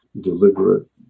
deliberate